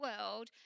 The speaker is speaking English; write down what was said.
world